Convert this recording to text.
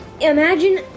imagine